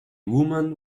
woman